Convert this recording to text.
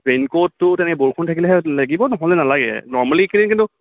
ৰেইনকুটটো তেনেকৈ বৰষুণ থাকিলেহে লাগিব নহ'লে নালাগে নৰমেলি এই কেইদিন কিন্তু